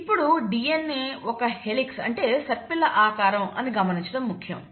ఇప్పుడు DNA ఒక helix సర్పిల ఆకారం అని గమనించడం ముఖ్యం